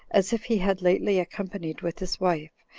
as if he had lately accompanied with his wife,